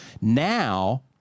Now